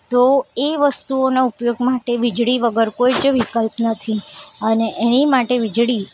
તો એ વસ્તુઓનો ઉપયોગ માટે વીજળી વગર કોઈ જ વિકલ્પ નથી અને એની માટે વીજળી